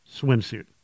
swimsuit